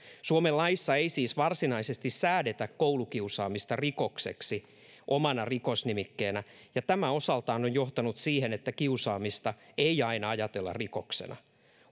suomen laissa ei siis varsinaisesti säädetä koulukiusaamista rikokseksi omana rikosnimikkeenä ja tämä osaltaan on johtanut siihen että kiusaamista ei aina ajatella rikoksena